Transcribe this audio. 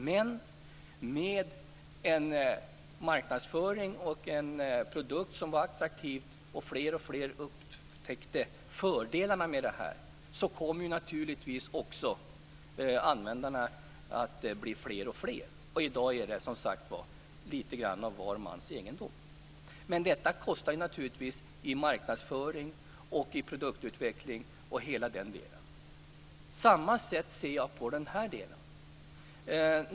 Men med hjälp av marknadsföring av en attraktiv produkt har fler och fler upptäckt fördelarna, och då blir naturligtvis användarna fler och fler. I dag är mobilen lite av var mans egendom. Detta kostar naturligtvis pengar i marknadsföring och produktutveckling. På samma sätt ser jag på denna sak.